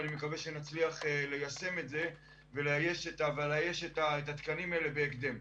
ואני מקווה שנצליח ליישם את זה ולאייש את התקנים האלה בהקדם.